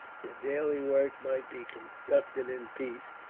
their daily work might be conducted in peace,